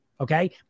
Okay